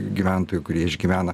gyventojų kurie išgyvena